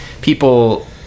people